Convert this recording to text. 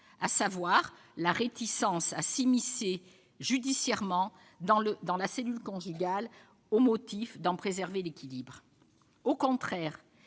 à savoir la réticence à s'immiscer judiciairement dans la cellule conjugale au motif d'en préserver l'équilibre. Au contraire,